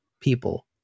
people